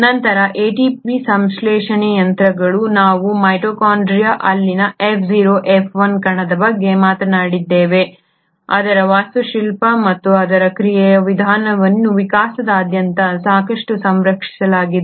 ನಂತರ ATP ಸಂಶ್ಲೇಷಣೆ ಯಂತ್ರಗಳು ನಾವು ಮೈಟೊಕಾಂಡ್ರಿಯಾ ಅಲ್ಲಿನ F0 F1 ಕಣದ ಬಗ್ಗೆ ಮಾತನಾಡಿದ್ದೇವೆ ಅದರ ವಾಸ್ತುಶಿಲ್ಪ ಮತ್ತು ಅದರ ಕ್ರಿಯೆಯ ವಿಧಾನವನ್ನು ವಿಕಾಸದಾದ್ಯಂತ ಸಾಕಷ್ಟು ಸಂರಕ್ಷಿಸಲಾಗಿದೆ